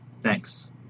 Thanks